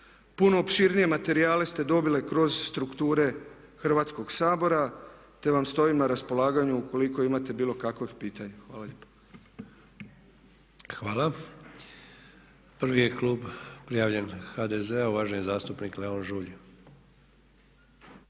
Puno opširnije materijale ste dobili kroz strukture Hrvatskog sabora te vam stojim na raspolaganju ukoliko imate bilo kakvih pitanja. Hvala lijepa. **Sanader, Ante (HDZ)** Hvala. Prvi je klub prijavljen HDZ-a, uvaženi zastupnik Leon Žulj.